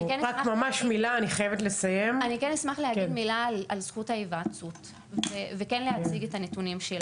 אני כן אשמח להגיד מילה על זכות ההיוועצות וכן להציג את הנתונים שלנו.